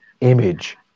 image